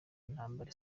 intambara